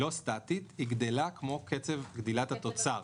היא לא סטטית, היא גדלה כמו קצב גדילת התוצר.